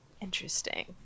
Interesting